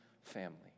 family